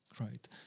right